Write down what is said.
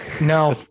no